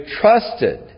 trusted